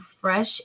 fresh